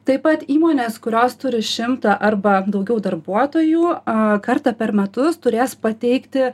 taip pat įmonės kurios turi šimtą arba daugiau darbuotojų a kartą per metus turės pateikti